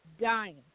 dying